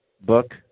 book